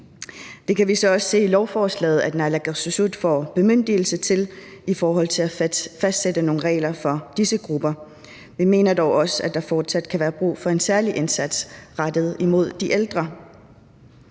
Vi kan så også se i lovforslaget, at naalakkersuisut får bemyndigelse i forhold til at fastsætte nogle regler for disse grupper. Vi mener dog også, at der fortsat kan være brug for en særlig indsats rettet imod de ældre.